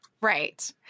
Right